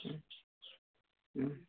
हूँ हूँ